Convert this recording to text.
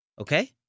Okay